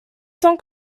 cent